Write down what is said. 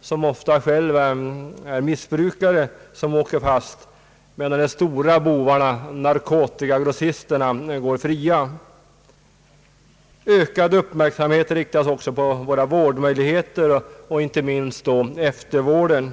som ofta själva är missbrukare, som åker fast, medan de stora bovarna — narkotikagrossisterna — går fria. Ökad uppmärksamhet riktas också på våra vårdmöjligheter, inte minst eftervården.